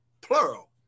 plural